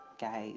guys